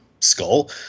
skull